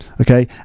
Okay